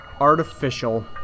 Artificial